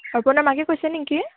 অৰ্পনাৰ মাকে কৈছে নেকি